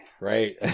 right